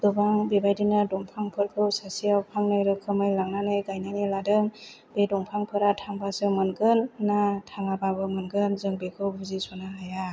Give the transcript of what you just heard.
गोबां बेबायदिनो दंफां फोरखौ सासेयाव फांनै रोखोमै गायनानै लादों बे दंफां फोरा थांबासो मोनगोन ना थांयाबाबो मोना जों बेखौ बुजिस'नो हाया